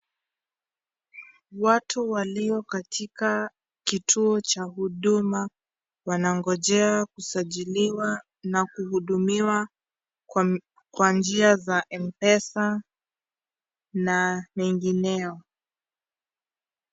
Watu walio katika kituo cha huduma, wanangojea kusajiliwa na kuhudumiwa kwa njia za mpesa na mengineyo.